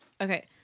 okay